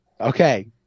okay